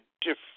different